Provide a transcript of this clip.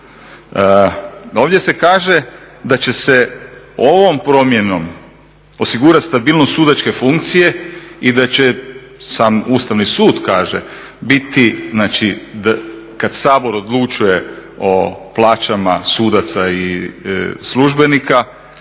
Ovdje se kaže da će se ovom promjenom osigurati stabilnost sudačke funkcije i da će sam Ustavni sud kaže biti znači kada Sabor odlučuje o plaćama sudaca i službenika